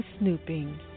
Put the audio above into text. snooping